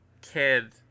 kid